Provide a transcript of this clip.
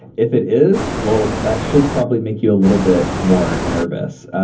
if it is, well that should probably make you a little bit more nervous.